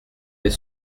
mais